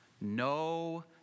No